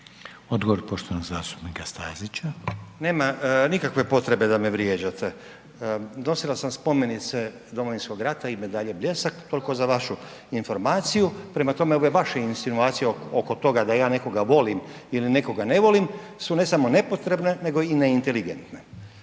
Odgovor poštovanog zastupnika Stazića. **Stazić, Nenad (SDP)** Nema nikakve potreba da me vrijeđate. Nosilac sam spomenice Domovinskog rata i medalje „Bljesak“, toliko za vašu informaciju. Prema tome ovo je vaša insinuacija oko toga da ja nekoga volim ili nekoga ne volim su ne samo nepotrebne nego i ne inteligentne.